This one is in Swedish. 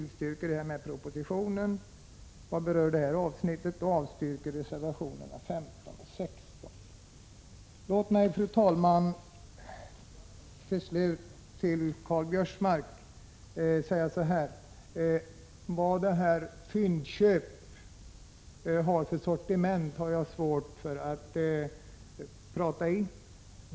Låt mig till slut till Karl-Göran Biörsmark säga: Vad Fyndköp har för sortiment har jag svårt att uttala mig om.